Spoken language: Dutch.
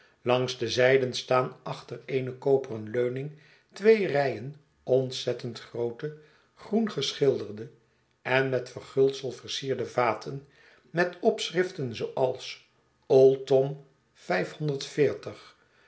langs de zyden staan achter eene koperen leuning twee rijen ontzettend groote groen geschilderde en met verguldsel versierde vaten met opschriften zooals